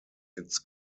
its